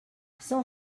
cent